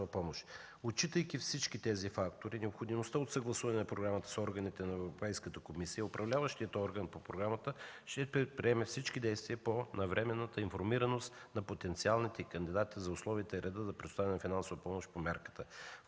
помощ. Отчитайки всички тези фактори и необходимостта от съгласуване на програмата с органите на Европейската комисия, управляващият орган по програмата ще предприеме всички действия по навременната информираност на потенциалните кандидати за условията и реда за предоставяне на финансова помощ по мярката,